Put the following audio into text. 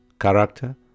character